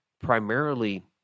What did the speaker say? primarily